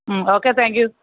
okay thank you